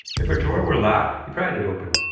if a drawer were locked, he pried it open.